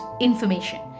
information